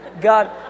God